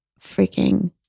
freaking